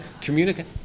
communicate